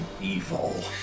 Evil